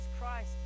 Christ